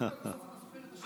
חמש דקות, בסוף תדע את השמות.